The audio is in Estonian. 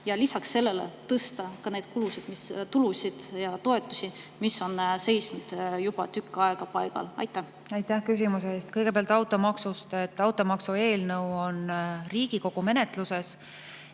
ja lisaks sellele tõsta ka neid tulusid ja toetusi, mis on seisnud juba tükk aega paigal? Aitäh küsimuse eest! Kõigepealt automaksust. Automaksueelnõu on Riigikogu menetluses